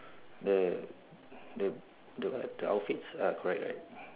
the the the what the outfits are correct right